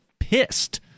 pissed